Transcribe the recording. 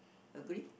agree